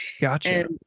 Gotcha